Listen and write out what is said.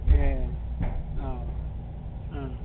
ए अ ओं